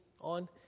on